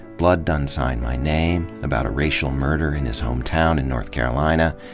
blood done sign my name, about a racial murder in his hometown in north carolina,